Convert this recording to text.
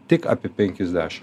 tik apie penkiasdeš